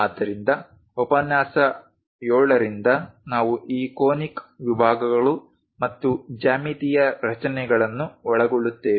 ಆದ್ದರಿಂದ ಉಪನ್ಯಾಸ 7 ರಿಂದ ನಾವು ಈ ಕೋನಿಕ್ ವಿಭಾಗಗಳು ಮತ್ತು ಜ್ಯಾಮಿತೀಯ ರಚನೆಗಳನ್ನು ಒಳಗೊಳ್ಳುತ್ತೇವೆ